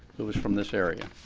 who is from this area.